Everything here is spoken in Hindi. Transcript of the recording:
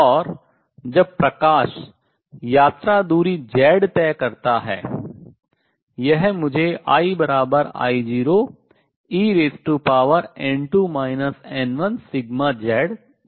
और जब प्रकाश यात्रा दूरी Z तय करता है यह मुझे I I0en2 n1σZ देता है